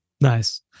Nice